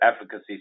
efficacy